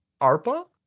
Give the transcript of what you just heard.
ARPA